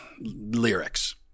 lyrics